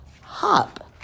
HOP